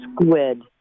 Squid